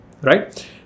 right